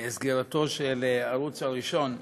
סגירתו של הערוץ הראשון,